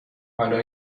حالا